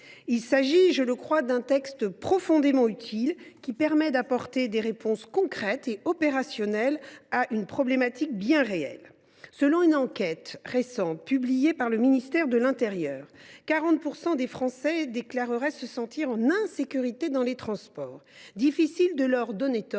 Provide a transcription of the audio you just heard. Il s’agit, je le crois, d’un texte profondément utile, qui permet d’apporter des réponses concrètes et opérationnelles à une problématique bien réelle. Selon une enquête publiée récemment par le ministère de l’intérieur, 40 % des Français déclareraient se sentir en insécurité dans les transports. Difficile de leur donner tort,